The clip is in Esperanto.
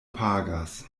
pagas